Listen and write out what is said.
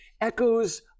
Echoes